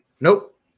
Nope